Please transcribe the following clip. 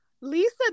lisa